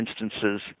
instances